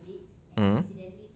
mm